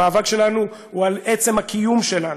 המאבק שלנו הוא על עצם הקיום שלנו,